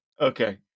Okay